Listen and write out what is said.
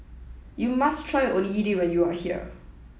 you must try Onigiri when you are here